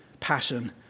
passion